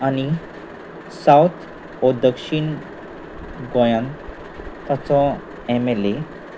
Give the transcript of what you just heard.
आनी सावथ वो दक्षीण गोंयांत ताचो एम एल ए